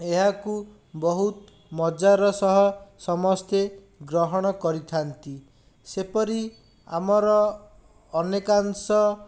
ଏହାକୁ ବହୁତ ମଜାର ସହ ସମସ୍ତେ ଗ୍ରହଣ କରିଥାନ୍ତି ସେପରି ଆମର ଅନେକାଂଶ